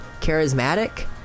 charismatic